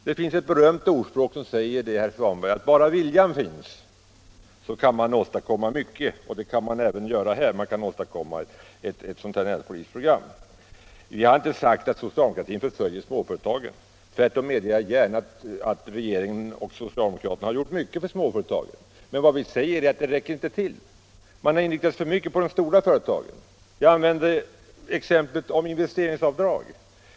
Det finns ett berömt ordspråk som säger att bara viljan finns, kan man åstadkomma mycket. Det kan man göra även här: man kan åstadkomma ett näringspolitiskt handlingsprogram. Jag har inte sagt att socialdemokratin förföljer småföretagen; tvärtom medger jag gärna att regeringen och socialdemokraterna har gjort mycket för småföretagen. Vad jag säger är att detta inte räcker till därför att man alltför mycket har inriktat sig på de stora företagen. Jag använde exemplet med investeringsavdrag.